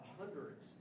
hundreds